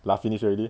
laugh finish already